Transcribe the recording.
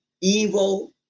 evil